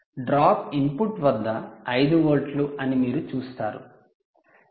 drop input వద్ద 5 వోల్ట్లు అని మీరు చూస్తారు Vout 3